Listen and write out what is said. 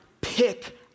pick